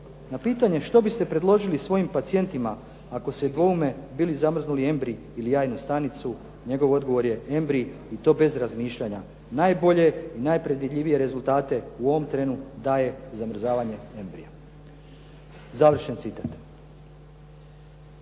Na pitanje što biste predložili svojim pacijentima ako se dvoume bi li zamrznuli embrij ili jajnu stanicu njegov odgovor je embrij i to bez razmišljanja. Najbolje i najpredvidljivije rezultate u ovom trenu daje zamrzavanje embrija. Završen citat.